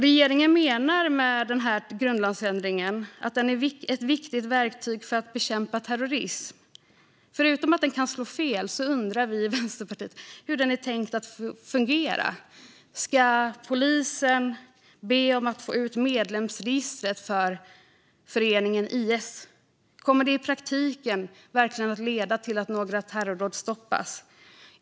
Regeringen menar att den här grundlagsändringen är ett viktigt verktyg för att bekämpa terrorism. Den kan dock slå fel, och dessutom undrar vi i Vänsterpartiet hur den är tänkt att fungera. Ska polisen be om att få ut medlemsregistret för föreningen IS? Kommer det i praktiken att leda till att några terrordåd stoppas?